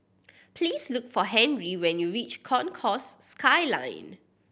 please look for Henry when you reach Concourse Skyline